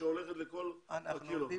שהולכת לכל הקהילות.